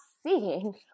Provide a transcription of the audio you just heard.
seeing